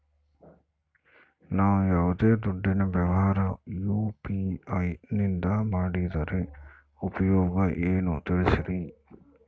ನಾವು ಯಾವ್ದೇ ದುಡ್ಡಿನ ವ್ಯವಹಾರ ಯು.ಪಿ.ಐ ನಿಂದ ಮಾಡಿದ್ರೆ ಉಪಯೋಗ ಏನು ತಿಳಿಸ್ರಿ?